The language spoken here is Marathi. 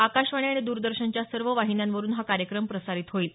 आकाशवाणी आणि द्रदर्शनच्या सर्व वाहिन्यांवरुन हा कार्यक्रम प्रसारित होईल